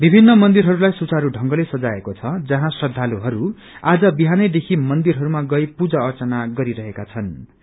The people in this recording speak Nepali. विभिन्न मन्दिरहरूलाई सुरूचि ढ़ंगले सजाइएको छ जहाँ श्रदालुहरू आज विहानैदेखि मन्दिरहरूमा गई पूजा अर्चना गरिरहेका छनृ